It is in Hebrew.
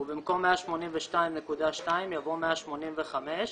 ובמקום "182.2%" בא "185%".